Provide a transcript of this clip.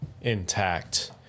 intact